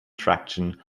traction